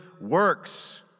works